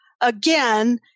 again